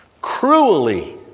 Cruelly